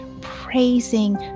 praising